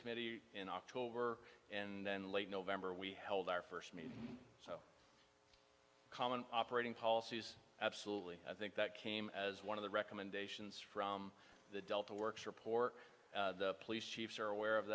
committee in october and then late november we held our first meeting common operating policies absolutely i think that came as one of the recommendations from the delta works report the police chiefs are aware of